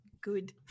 Good